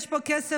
יש פה כסף,